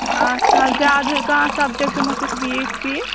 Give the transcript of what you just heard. آچھا زیادٕ کانٛہہ سَبجَکٹ مَہ چھُس ویٖک پیٖک